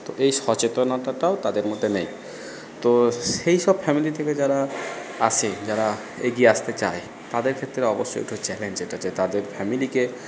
তো এই সচেতনতাটাও তাদের মধ্যে নেই তো সেই সব ফ্যামিলি থেকে যারা আসে যারা এগিয়ে আসতে চায় তাদের ক্ষেত্রে অবশ্যই একটু চ্যালেঞ্জ এটা যে তাদের ফ্যামিলিকে